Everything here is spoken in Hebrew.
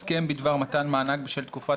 על סדר היום תיקון הסכם בדבר מתן מענק בשל תקופת